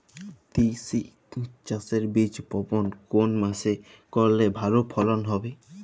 তিসি চাষের বীজ বপন কোন মাসে করলে ভালো ফলন হবে?